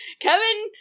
Kevin